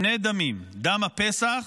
דם הפסח